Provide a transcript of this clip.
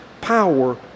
power